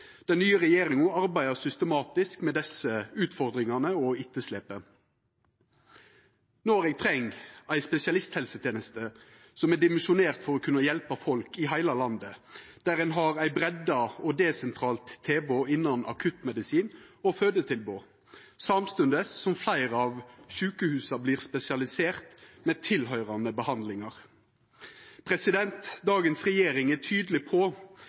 Den nye regjeringa arbeider systematisk med desse utfordringane og etterslepet. Noreg treng ei spesialisthelseteneste som er dimensjonert for å kunna hjelpa folk i heile landet, der ein har ei breidde og desentraliserte tilbod innan akuttmedisin og fødetilbod, samstundes som fleire av sjukehusa vert spesialiserte med tilhøyrande behandlingar. Dagens regjering er tydeleg på